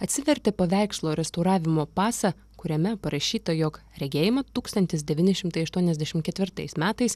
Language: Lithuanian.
atsivertė paveikslo restauravimo pasą kuriame parašyta jog regėjimą tūkstantis devyni šimtai aštuoniasdešim ketvirtais metais